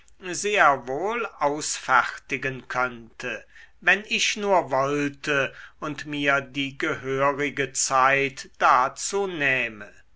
sehr wohl ausfertigen könnte wenn ich nur wollte und mir die gehörige zeit dazu nähme